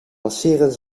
masseren